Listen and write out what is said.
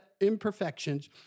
imperfections